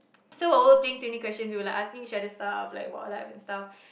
so playing twenty questions we were like asking each other stuff like about our life and stuff